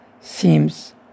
seems